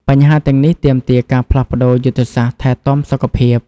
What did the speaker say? បញ្ហាទាំងនេះទាមទារការផ្លាស់ប្តូរយុទ្ធសាស្ត្រថែទាំសុខភាព។